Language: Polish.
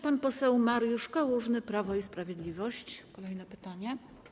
Pan poseł Mariusz Kałużny, Prawo i Sprawiedliwość, zada kolejne pytanie.